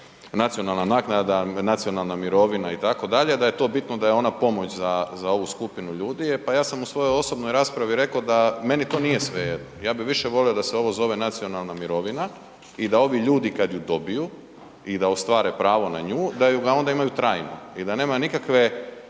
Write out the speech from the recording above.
nacionalna naknada, nacionalna mirovina itd., da je to bitno da je ona pomoć za, za ovu skupinu ljudi. E, pa ja sam u svojoj osobnoj raspravi reko da meni to nije svejedno, ja bi više volio da se ovo zove nacionalna mirovina i da ovi ljudi kad ju dobiju i da ostvare pravo na nju, da ju ga onda imaju trajno i da nema nikakve